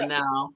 now